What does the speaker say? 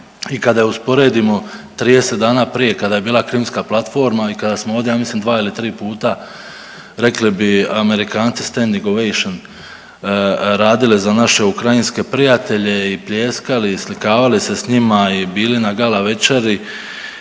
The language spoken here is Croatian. I kada je usporedimo 30 dana prije kada je bila Krimska platforma i kada smo ovdje ja mislim 2 ili 3 puta rekli bi Amerikanci standing ovation radili za naše ukrajinske prijatelje i pljeskali, slikavali se sa njima i bili na gala večeri